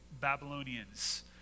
Babylonians